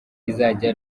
rizajya